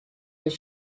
his